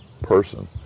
person